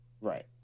Right